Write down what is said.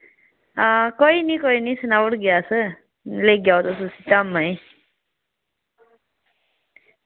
आं कोई निं कोई निं सनाई ओड़गे अस लेई जाओ उसी धामां ई